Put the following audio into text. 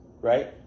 right